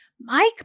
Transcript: Mike